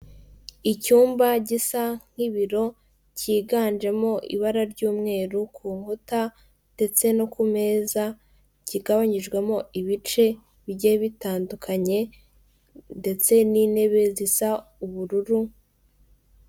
Icyumba gisa nk'ibiro cyiganjemo ibara ry'umweru ku nkuta ndetse no ku meza kigabanyijwemo ibice bijye bitandukanye ndetse n'intebe zisa ubururu.